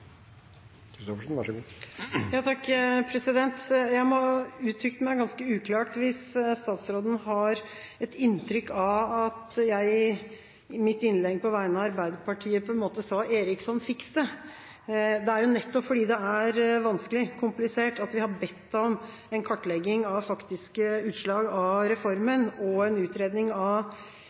Jeg må ha uttrykt meg ganske uklart hvis statsråden har et inntrykk av at jeg i mitt innlegg, på vegne av Arbeiderpartiet, sa: «Eriksson, fiks det!» Det er nettopp fordi det er vanskelig og komplisert at vi har bedt om en kartlegging av faktiske utslag av